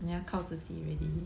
你要靠自己 already